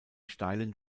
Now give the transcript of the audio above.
steilen